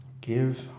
Give